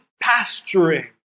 pasturing